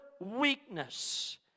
weakness